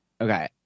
Okay